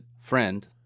friend